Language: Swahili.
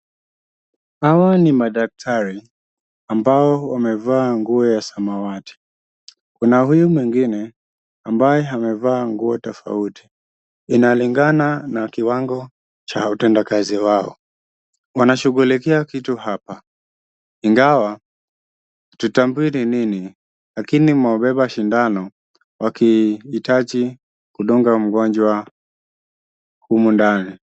Hawa ni madaktari ambao wamevaa nguo ya samawati. Kuna huyu mwingine ambaye amevaa nguo tofauti, inalingana na kiwango cha utendakazi wao. Wanashughulikia kitu hapa, ingawa hatutambui ni nini, lakini wamebeba sindano wakihitaji kudunga mgonjwa humu ndani.